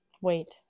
wait